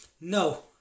No